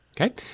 Okay